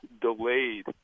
delayed